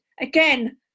again